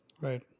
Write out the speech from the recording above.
right